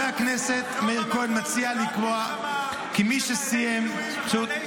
הכנסת מאיר כהן מציע לקבוע כי מי שסיים ----- בשעת מלחמה,